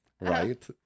Right